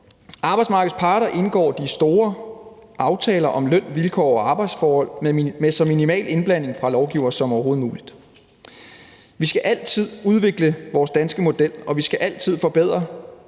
Arbejdsmarkedets parter indgår de store aftaler om løn, vilkår og arbejdsforhold med så minimal indblanding fra lovgivers side som overhovedet muligt. Vi skal altid udvikle vores danske model, og vi skal altid forandre